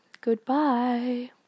goodbye